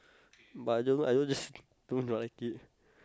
but I don't know I just don't like it